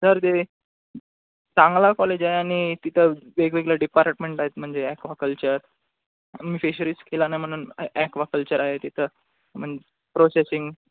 sir ते चांगला college आहे आणि तिथं वेगवेगल्या डिपार्टमेंट आहेत म्हणजे ॲक्वाकल्चर मी फिशरीज केला नाही म्हणून ॲक्वाकल्चर आहे तिथं मन प्रोसेसिंग